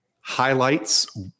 highlights